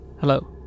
hello